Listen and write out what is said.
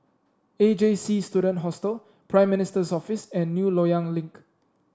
A J C Student Hostel Prime Minister's Office and New Loyang Link